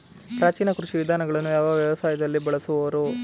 ಪ್ರಾಚೀನ ಕೃಷಿ ವಿಧಾನಗಳನ್ನು ಯಾವ ವ್ಯವಸಾಯದಲ್ಲಿ ಬಳಸುವರು?